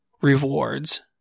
Rewards